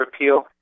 appeal